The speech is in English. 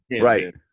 right